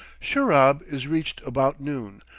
shurab is reached about noon,